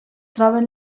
troben